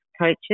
coaches